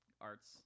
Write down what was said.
arts